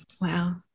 Wow